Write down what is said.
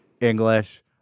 english